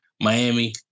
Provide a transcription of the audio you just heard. Miami